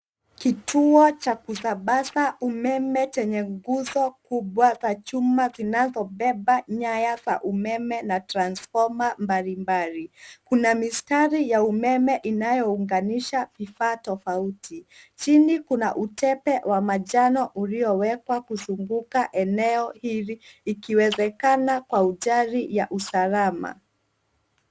Kituo cha kusambaza umeme chenye nguzo kubwa za chuma zinazobeba nyaya za umeme na transfoma mbalimbali. Kuna mistari ya umeme inayounganisha vifaa tofauti. Chini kuna utepe wa manjano uliowekwa kuzunguka eneo hili, ikiwezekana kwa ujali ya usalama.